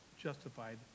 justified